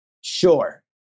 Sure